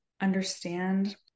understand